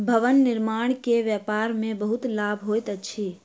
भवन निर्माण के व्यापार में बहुत लाभ होइत अछि